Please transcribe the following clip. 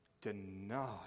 deny